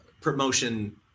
promotion